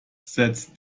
setzt